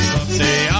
Someday